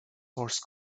horse